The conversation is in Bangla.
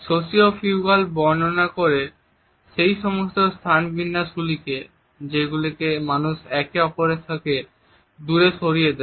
সোশিও ফিউগাল বর্ণনা করে সেই সমস্ত স্থান বিন্যাসগুলিকে যেগুলি মানুষকে একে অপরের থেকে দূরে সরিয়ে দেয়